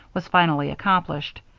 was finally accomplished.